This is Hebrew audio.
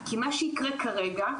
כי מה שיקרה כרגע,